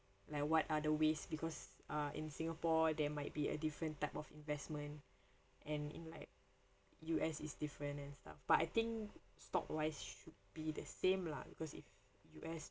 like what other ways because uh in singapore there might be a different type of investment and in like U_S it's different and stuff but I think stock wise should be the same lah because if U_S